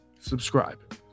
Subscribe